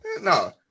no